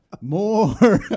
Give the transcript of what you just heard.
more